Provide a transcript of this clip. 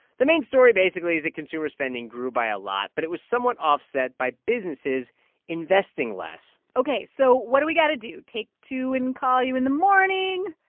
the main story, basically, is that consumer spending grew by a lot, but it was somewhat offset by businesses investing less ok. so what do we got to do, take two and call you in the morning?